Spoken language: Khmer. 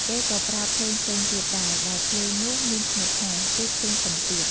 គេក៏ប្រើភ្លេងផ្សេងទៀតដែរ ដែលភ្លេងនោះមានឈ្មោះថា គឺភ្លេងពិណពាទ្យ។